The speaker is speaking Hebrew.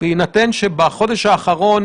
לפחות ברמת המספרים האלה.